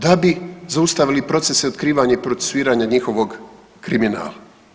Da bi zaustavili procese i otkrivanje i procesuiranja njihovog kriminala.